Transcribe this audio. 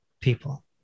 people